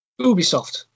Ubisoft